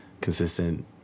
consistent